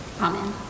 Amen